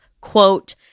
quote